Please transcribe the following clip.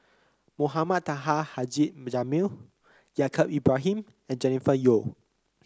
Mohamed Taha Haji Jamil Yaacob Ibrahim and Jennifer Yeo